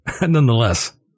Nonetheless